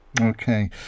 okay